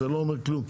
זה לא אומר כלום,